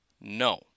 No